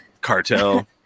cartel